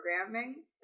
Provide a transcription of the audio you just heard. programming